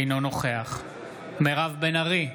אינו נוכח מירב בן ארי,